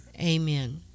Amen